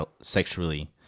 sexually